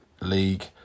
league